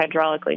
hydraulically